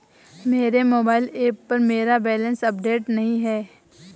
मेरे mobile app पर मेरा बैलेंस अपडेट नहीं है